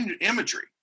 imagery